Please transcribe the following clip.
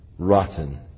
Rotten